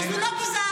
אז הוא לא גזען.